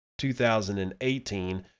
2018